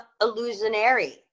illusionary